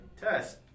test